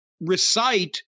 recite